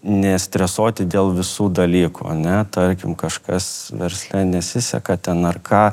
nestresuoti dėl visų dalykų ane tarkim kažkas versle nesiseka ten ar ką